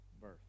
birth